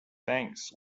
thanks